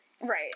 Right